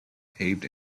paved